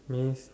means